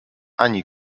ani